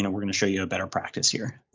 and we're going to show you a better practice here,